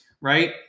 right